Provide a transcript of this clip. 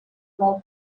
were